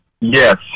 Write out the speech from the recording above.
Yes